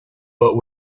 but